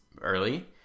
early